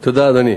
תודה, אדוני.